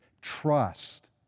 trust